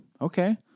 Okay